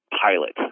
pilot